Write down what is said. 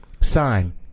Sign